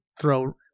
Throw